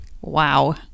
Wow